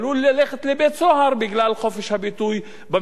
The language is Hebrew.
בגלל חופש הביטוי במקרה הספציפי הזה.